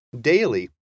daily